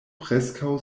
preskaŭ